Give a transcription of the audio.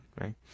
right